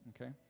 okay